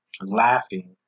laughing